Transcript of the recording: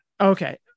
okay